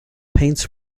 paints